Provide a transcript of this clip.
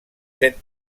set